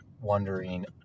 wondering